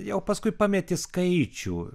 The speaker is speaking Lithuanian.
jau paskui pameti skaičių